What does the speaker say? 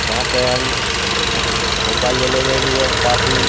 जहाँ पर हम भोपाल ज़िले में भी अब काफ़ी